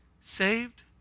saved